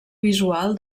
visual